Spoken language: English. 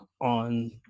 on